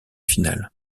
finale